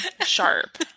sharp